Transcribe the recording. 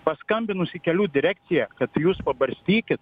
paskambinus į kelių direkciją kad jūs pabarstykit